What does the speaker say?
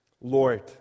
Lord